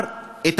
(אומר בערבית: רצון האל עליו,) שאמר את